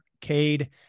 Cade